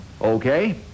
Okay